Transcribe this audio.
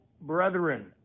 brethren